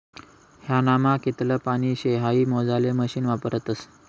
ह्यानामा कितलं पानी शे हाई मोजाले मशीन वापरतस